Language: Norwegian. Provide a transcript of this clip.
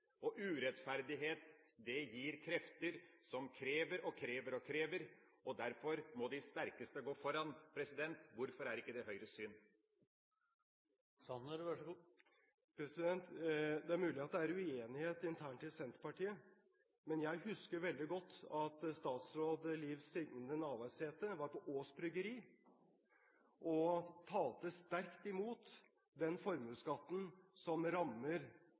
større urettferdighet? Urettferdighet gir krefter som krever og krever og krever, og derfor må de sterkeste gå foran. Hvorfor er ikke det Høyres syn? Det er mulig det er uenighet internt i Senterpartiet, men jeg husker veldig godt at statsråd Liv Signe Navarsete var på Aass Bryggeri og talte sterkt imot den formuesskatten som rammer